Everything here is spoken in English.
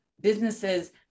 Businesses